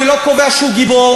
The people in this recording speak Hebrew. אני לא קובע שהוא גיבור,